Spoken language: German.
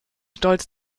stolz